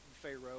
pharaoh